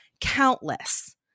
Countless